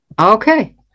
okay